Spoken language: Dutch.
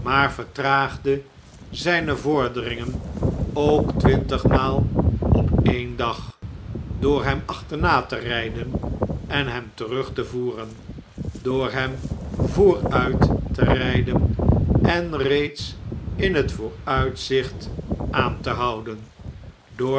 maar vertraagde zgne vorderingen ook twintigmaal op een dag door hem achterna te rijden en hem terug te voeren door hem vooruit te rn'den en reeds in het vooruitzicht aan te houden door